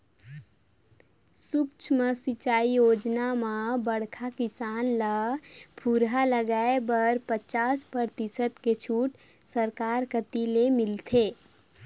सुक्ष्म सिंचई योजना म बड़खा किसान ल फुहरा लगाए बर पचास परतिसत के छूट सरकार कति ले मिलथे